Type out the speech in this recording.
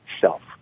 self